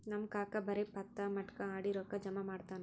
ನಮ್ ಕಾಕಾ ಬರೇ ಪತ್ತಾ, ಮಟ್ಕಾ ಆಡಿ ರೊಕ್ಕಾ ಜಮಾ ಮಾಡ್ತಾನ